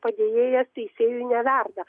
padėjėją teisėjui neverda